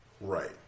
Right